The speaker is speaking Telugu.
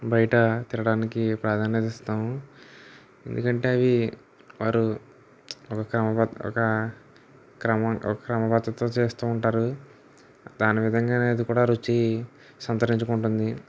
బయట తినడానికి ప్రాదాన్యత ఇస్తాము ఎందుకంటే అవీ వారు ఒక క్రమ ఒక క్రమ పద్ధతిగా చేస్తూ ఉంటారు దాని విధంగా అనేది కూడా రుచి సంతరించుకుంటుంది